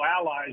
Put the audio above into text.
allies